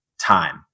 time